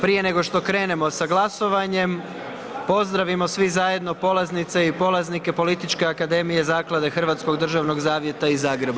Prije nego što krenemo sa glasovanjem pozdravimo svi zajedno polaznice i polaznike Političke akademije Zaklade hrvatskog državnog zavjeta iz Zagreba.